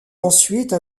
ensuite